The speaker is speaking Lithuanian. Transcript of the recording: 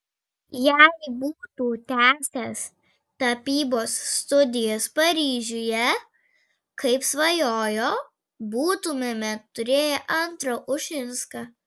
jei būtų tęsęs tapybos studijas paryžiuje kaip svajojo būtumėme turėję antrą ušinską